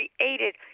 created